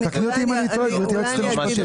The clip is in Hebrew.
תקני אותי אם אני טועה, גברתי היועצת המשפטית.